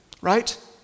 Right